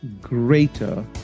greater